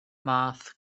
math